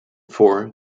four